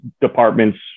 departments